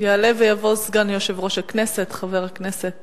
יעלה ויבוא סגן יושב-ראש הכנסת, חבר הכנסת